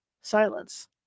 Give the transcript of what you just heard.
Silence